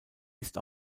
ist